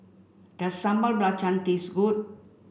does Sambal Belacan taste good